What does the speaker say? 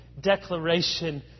declaration